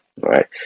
right